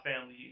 family